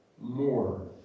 more